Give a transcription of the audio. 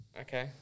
Okay